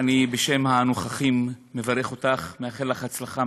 בשם הנוכחים אני מברך אותך ומאחל לך הצלחה.